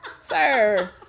sir